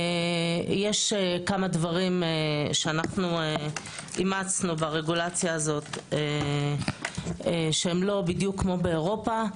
יש כמה דברים שאנו אימצנו ברגולציה הזו שהם לא בדיוק כפי באירופה.